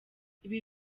ibi